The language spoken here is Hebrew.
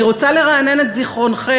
אני רוצה לרענן את זיכרונכם.